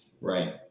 Right